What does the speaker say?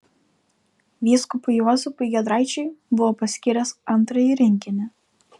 vyskupui juozapui giedraičiui buvo paskyręs antrąjį rinkinį